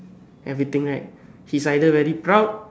everything right he is either very proud